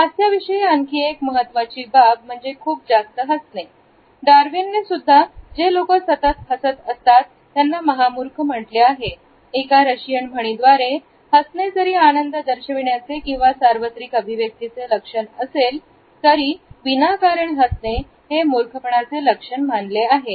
हास्य विषयी आणखी एक महत्वाची बाब म्हणजे खूप जास्त असणे डार्विनने सुद्ध जे लोकं सतत हसत असतात त्यांना महामूर्ख म्हंटले आहे एका रशियन म्हणी द्वारे हसणे जरी आनंद दर्शविण्याचे किंवा सार्वत्रिक अभिव्यक्तीचे लक्षण असले तरी विनाकारण हसणे हे मूर्खपणाचे लक्षण मानले आहे